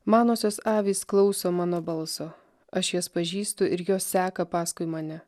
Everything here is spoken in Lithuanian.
manosios avys klauso mano balso aš jas pažįstu ir jos seka paskui mane